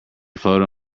floated